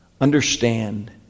understand